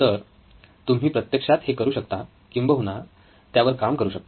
तर तुम्ही प्रत्यक्षात हे करू शकता किंबहुना त्यावर काम करू शकता